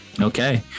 okay